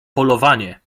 polowanie